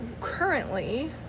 Currently